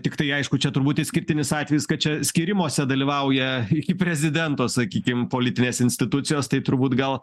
tiktai aišku čia turbūt išskirtinis atvejis kad čia skyrimuose dalyvauja iki prezidento sakykim politinės institucijos tai turbūt gal